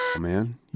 man